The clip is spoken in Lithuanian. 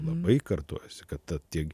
labai kartojasi kad ta